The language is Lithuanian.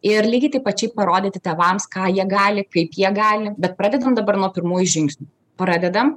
ir lygiai taip pačiai parodyti tėvams ką jie gali kaip jie gali bet pradedant dabar nuo pirmųjų žingsnių pradedam